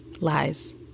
lies